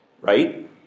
right